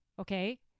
okay